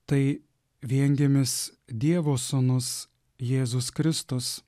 tai viengimis dievo sūnus jėzus kristus